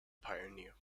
pioneer